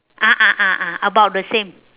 ah ah ah ah about the same